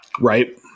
right